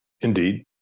Indeed